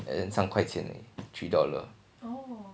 and then 三块钱而已 three dollar